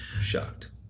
Shocked